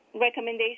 Recommendation